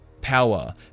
Power